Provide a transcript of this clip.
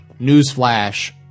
newsflash